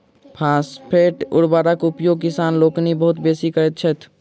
phosphate उर्वरकक उपयोग किसान लोकनि बहुत बेसी करैत छथि